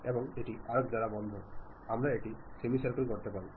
അതിനാൽ ഏത് ആശയവിനിമയത്തിനും ഒരു പൊതു റഫറൻസ് ഉണ്ടായിരിക്കണം